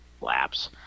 laps